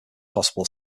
possible